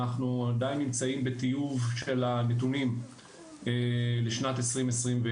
אנחנו עדיין נמצאים בטיוב של הנתונים לשנת 2021,